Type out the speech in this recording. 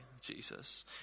Jesus